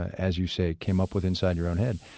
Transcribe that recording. as you say came up with inside your own head,